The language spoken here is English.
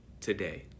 today